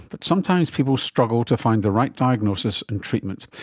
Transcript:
but sometimes people struggle to find the right diagnosis and treatment,